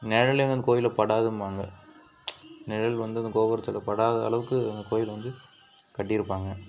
நிழலே அந்த கோவில்ல படாதும்பாங்க நிழல் வந்து அந்த கோபுரத்தில் படாத அளவுக்கு அந்த கோவில் வந்து கட்டிருப்பாங்க